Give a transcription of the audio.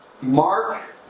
Mark